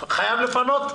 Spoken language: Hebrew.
חייב לפנות?